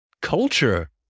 culture